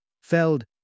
Feld